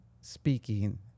speaking